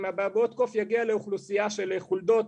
אם אבעבועות קוף יגיע לאוכלוסייה של חולדות,